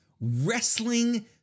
wrestling